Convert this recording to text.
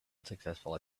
unsuccessful